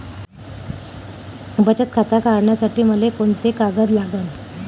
बचत खातं काढासाठी मले कोंते कागद लागन?